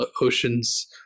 Oceans